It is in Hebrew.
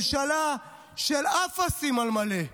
ממשלה של אפסים על מלא.